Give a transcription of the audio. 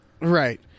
Right